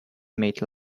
made